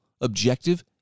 objective